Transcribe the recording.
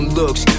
looks